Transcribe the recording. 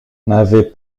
n’avait